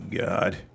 God